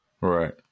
Right